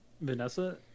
vanessa